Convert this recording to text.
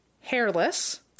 hairless